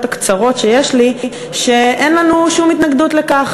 הקצרות שיש לי שאין לנו שום התנגדות לכך.